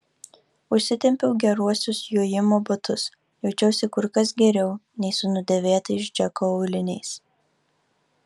užsitempiau geruosius jojimo batus jaučiausi kur kas geriau nei su nudėvėtais džeko auliniais